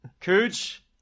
Cooch